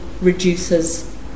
reduces